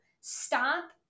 Stop